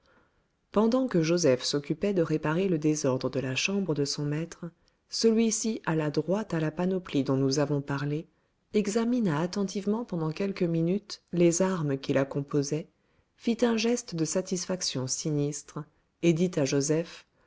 pendant que joseph s'occupait de réparer le désordre de la chambre de son maître celui-ci alla droit à la panoplie dont nous avons parlé examina attentivement pendant quelques minutes les armes qui la composaient fit un geste de satisfaction sinistre et dit à joseph